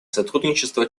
сотрудничество